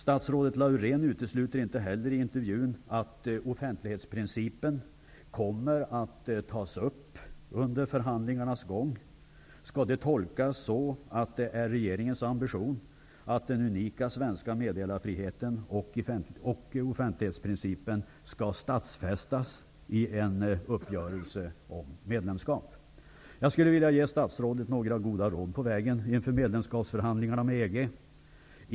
Statsrådet Laurén utesluter i intervjun inte heller att offentlighetsprincipen kommer att tas upp under förhandlingarnas gång. Skall det tolkas på ett sådant sätt att det är regeringens ambition att den unika svenska meddelarfriheten och offentlighetsprincipen skall stadfästas i en uppgörelse om medlemskap? Jag skulle vilja ge statsrådet några goda råd på vägen inför medlemskapsförhandlingarna med EG.